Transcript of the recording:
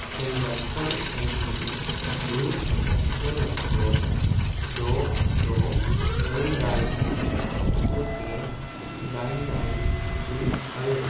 transaction ID गु लाथिख' लाथिख' द' द' नै दाइन लाथिख' से दाइन दाइन गु आरो